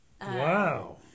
Wow